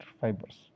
fibers